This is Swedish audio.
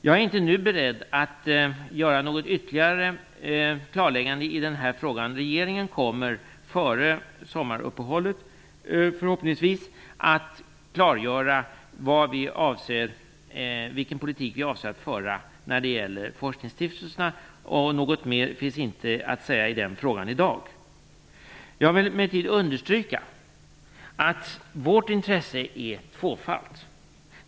Jag är inte nu beredd att göra något ytterligare klarläggande i denna fråga. Regeringen kommer förhoppningsvis före sommaruppehållet att klargöra vilken politik vi avser att föra när det gäller forskningsstiftelserna. Något mer finns inte att säga i den frågan i dag. Jag vill emellertid understryka att vårt intresse är tvåfalt.